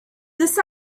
this